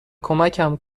کمکم